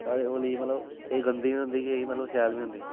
साढ़ी होली मतलब केईं गंदी बी होंदी केईं मतलब शैल बी होंदी